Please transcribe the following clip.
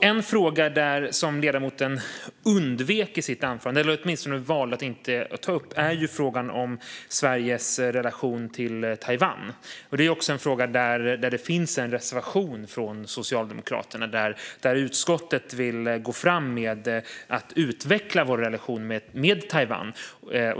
En fråga som ledamoten undvek i sitt anförande, eller åtminstone valde att inte ta upp, var frågan om Sveriges relation till Taiwan. Det är också en fråga där det finns en reservation från Socialdemokraterna. Utskottet vill gå fram med att utveckla Sveriges relation med Taiwan.